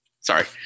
Sorry